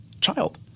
child